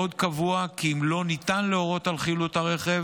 עוד קבוע כי אם לא ניתן להורות על חילוט הרכב